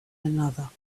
another